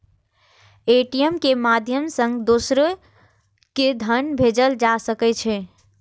ATM के माध्यम सं दोसरो कें धन भेजल जा सकै छै